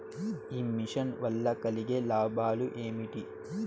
ఈ మిషన్ వల్ల కలిగే లాభాలు ఏమిటి?